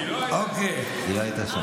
היא לא הייתה שם.